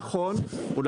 אמרת שאתם הולכים על זה.